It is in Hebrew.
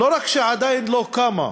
לא רק שעדיין לא קמה,